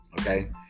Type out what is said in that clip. Okay